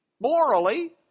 Morally